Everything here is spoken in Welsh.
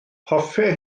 hoffai